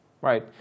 Right